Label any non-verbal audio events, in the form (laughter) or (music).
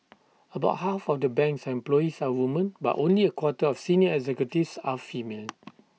about half of the bank's employees are women but only A quarter of senior executives are female (noise)